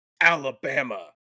Alabama